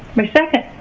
my second.